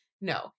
No